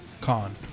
Con